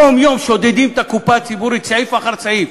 יום-יום שודדים את הקופה הציבורית, סעיף אחר סעיף.